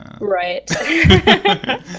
Right